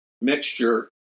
mixture